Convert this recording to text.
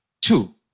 two